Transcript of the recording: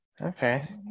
Okay